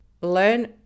Learn